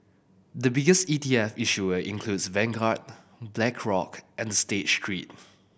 the biggest E T F issuers include Vanguard Black Rock and State Street